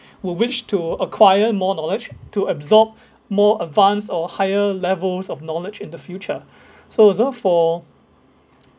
wh~ which to acquire more knowledge to absorb more advance or higher levels of knowledge in the future so uh so for